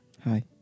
hi